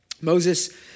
Moses